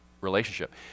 relationship